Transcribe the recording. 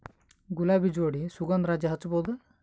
ಗುಲಾಬಿ ಜೋಡಿ ಸುಗಂಧರಾಜ ಹಚ್ಬಬಹುದ?